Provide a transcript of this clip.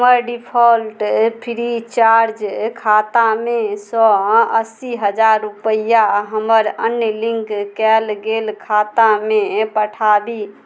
हमर default free charge खातामे सँ अस्सी हजार रुपैआ हमर अन्य लिंक कयल गेल खातामे पठाबी